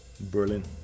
Berlin